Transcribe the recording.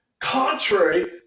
contrary